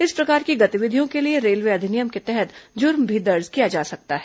इस प्रकार की गतिविधियों के लिए रेलवे अधिनियम के तहत जुर्म भी दर्ज किया जा सकता है